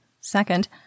Second